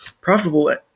Profitable